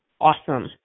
awesome